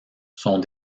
sont